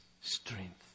strength